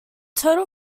total